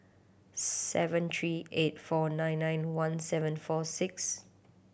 seven three eight four nine nine one seven four six